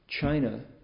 China